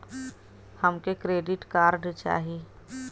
हमके credit card चाही